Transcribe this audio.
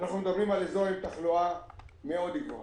אנחנו מדברים על אזור עם תחלואה מאוד גבוהה.